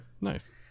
Nice